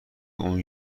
اون